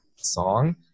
song